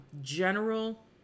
general